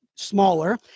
smaller